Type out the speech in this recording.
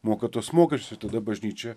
moka tuos mokesčius ir tada bažnyčia